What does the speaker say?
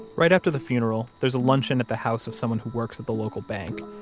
right after the funeral, there's a luncheon at the house of someone who works at the local bank.